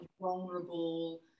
vulnerable